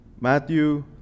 Matthew